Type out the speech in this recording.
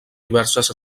diverses